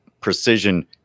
precision